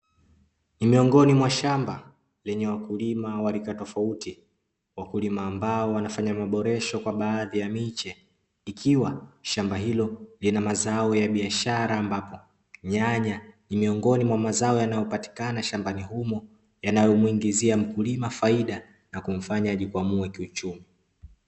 Ni miongoni mwa shamba lenye wakulima wa rika tofauti, wakulima ambao wanafanya maboresho kwa baadhi ya miche ikiwa shamba hilo lina mazao ya biashara, ambapo nyanya ni miongoni mwa mazao yanayopatikana shambani humo yanayomuingizia mkulima faida na kumfanya ajikwamue kiuchumi.